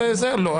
לא.